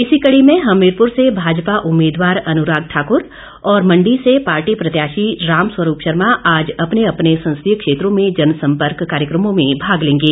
इसी कड़ी में हमीरपुर से भाजपा उम्मीदवार अनुराग ठाकुर और मंडी से पार्टी प्रत्याशी रामस्वरूप शर्मा अपने अपने संसदीय क्षेत्रों में जनसंपर्क कार्यक्रमों में भाग लेंगे